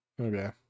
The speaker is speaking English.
Okay